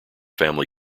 family